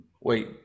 Wait